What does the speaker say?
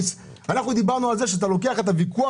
אנחנו דיברנו על זה שאתה לוקח את הוויכוח